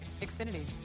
Xfinity